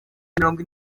mirongo